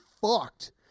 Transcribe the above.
fucked